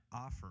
offer